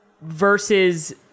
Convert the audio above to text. versus